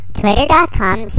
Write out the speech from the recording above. twitter.com